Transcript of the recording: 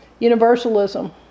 universalism